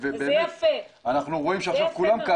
בימים האחרונים